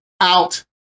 out